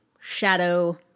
shadow